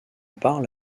parle